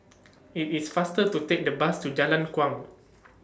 IT IS faster to Take The Bus to Jalan Kuang